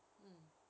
mm